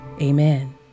Amen